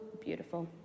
beautiful